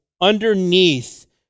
underneath